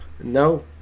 No